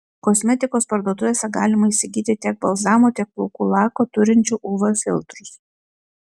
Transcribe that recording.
kosmetikos parduotuvėse galima įsigyti tiek balzamo tiek plaukų lako turinčių uv filtrus